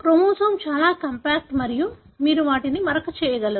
chromosome చాలా compact మరియు మీరు వాటిని మరక చేయగలరు